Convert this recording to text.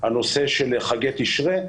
הנושא של חגי תשרי.